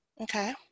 okay